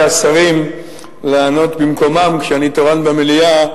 השרים לענות במקומם כשאני תורן במליאה,